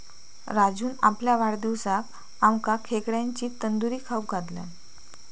राजून आपल्या वाढदिवसाक आमका खेकड्यांची तंदूरी खाऊक घातल्यान